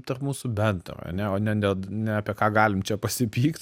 tarp mūsų bendro ane o ne ne ne apie ką galim čia pasipykt